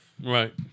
Right